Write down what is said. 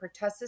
pertussis